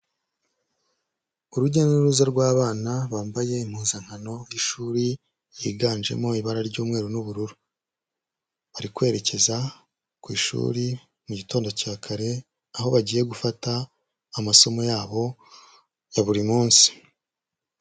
Urujya n'uruza rw'abana bambaye impuzankano y'ishuri, yiganjemo ibara ry'umweru n'ubururu, bari kwerekeza ku ishuri mu gitondo cya kare, aho bagiye gufata amasomo yabo ya buri munsi.